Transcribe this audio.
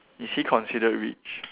is he considered rich